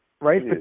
right